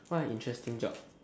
what an interesting job